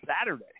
Saturday